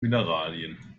mineralien